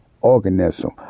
organism